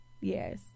yes